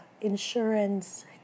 insurance